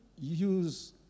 use